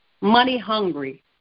money-hungry